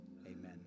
Amen